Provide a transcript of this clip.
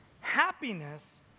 Happiness